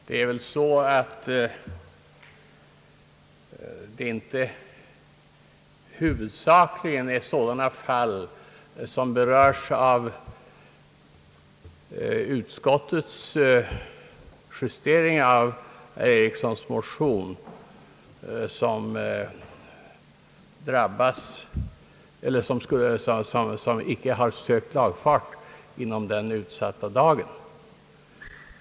Herr talman! De fall som berörs av utskottets justeringar av herr Erikssons motion är väl huvudsakligen sådana där köparen inte har sökt lagfart inom den utsatta dagen.